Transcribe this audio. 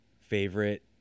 favorite